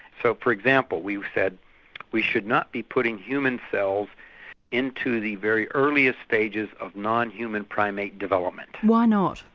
so, for example, we said we should not be putting human cells into the very earliest stages of non-human primate development. why not?